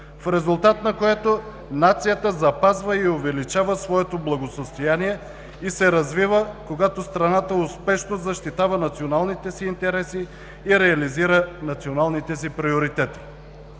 в резултат на което нацията запазва и увеличава своето благосъстояние и се развива, когато страната успешно защитава националните си интереси и реализира националните си приоритети.